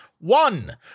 One